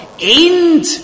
end